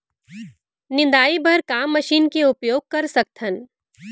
निंदाई बर का मशीन के उपयोग कर सकथन?